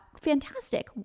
fantastic